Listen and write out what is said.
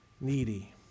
needy